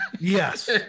Yes